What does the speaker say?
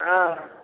हँ